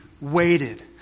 waited